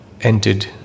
entered